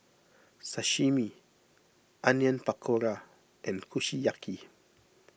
Sashimi Onion Pakora and Kushiyaki